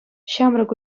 ҫамрӑк